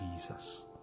Jesus